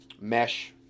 mesh